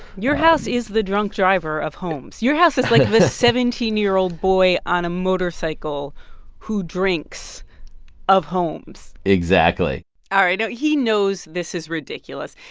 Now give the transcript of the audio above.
your house is the drunk driver of homes your house is like a seventeen year old boy on a motorcycle who drinks of homes exactly all right. now, he knows this is ridiculous.